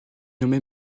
nommé